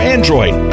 Android